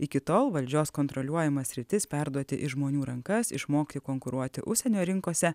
iki tol valdžios kontroliuojamas sritis perduoti į žmonių rankas išmokti konkuruoti užsienio rinkose